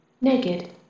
naked